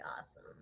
awesome